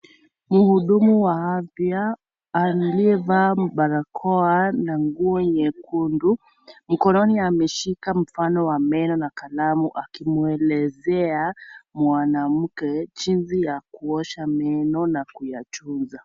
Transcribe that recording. Mhudumu wa afya aliyevaa barakoa na nguo nyekundu. Mkononi ameshika mfano wa meno na kalamu akimwelezea mwanamke jinsi ya kuosha meno na kuyatunza.